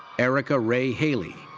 erika rae haley.